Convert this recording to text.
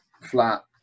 flat